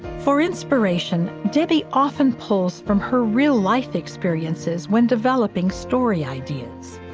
for inspiration, debbie often pulls from her real-life experiences when developing story ideas.